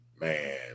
man